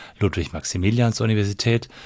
Ludwig-Maximilians-Universität